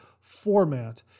format